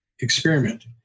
experiment